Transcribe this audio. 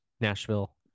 Nashville